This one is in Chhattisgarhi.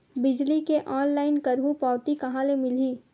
बिजली के ऑनलाइन करहु पावती कहां ले मिलही?